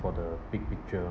for the big picture